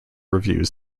reviews